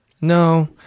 No